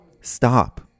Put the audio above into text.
stop